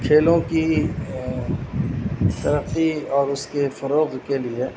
کھیلوں کی ترقی اور اس کے فروغ کے لیے